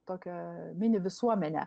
tokią mini visuomenę